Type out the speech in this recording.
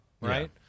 right